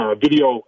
Video